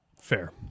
Fair